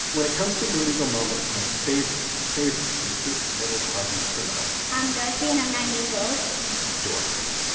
when it comes to illegal moments, my favorite my favorite is this little hardened criminal i'm dorothy, and i'm nine years old dorothy.